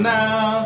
now